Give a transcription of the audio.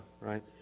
right